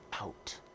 out